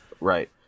Right